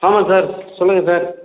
ஆமாம் சார் சொல்லுங்கள் சார்